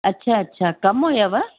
अच्छा अच्छा कम हुयव